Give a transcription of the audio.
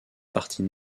partie